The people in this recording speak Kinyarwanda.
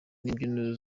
n’imbyino